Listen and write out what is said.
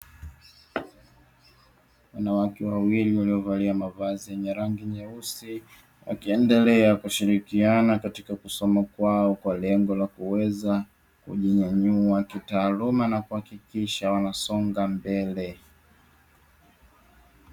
Wanawake wawili waliovalia mavazi yenye rangi nyeusi, wakiendelea kushirikiana katika kusoma kwao, kwa lengo la kuweza kujinyanyua kitaaluma na kuhakikisha wanasonga mbele.